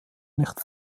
nicht